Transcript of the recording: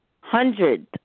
Hundred